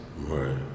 Right